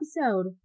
episode